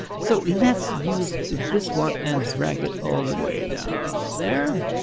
so let's use this one and drag it all the way down there.